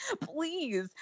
Please